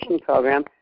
program